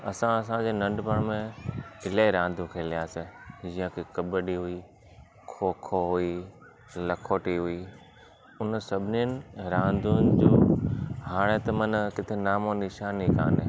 त असां असांजे नंढपण में इलाही रांदियूं खेलियासीं जीअं की कबड्डी हुई खों खों हुई लखोटी हुई उन सभिनिनि रांदियुनि जो हाणे त मना किथे नामो निशान ई कान्हे